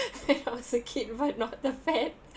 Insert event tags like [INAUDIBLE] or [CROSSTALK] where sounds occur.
[LAUGHS] I was a kid but not the pet